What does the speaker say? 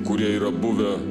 kurie yra buvę